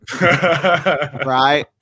Right